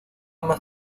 más